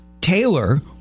Taylor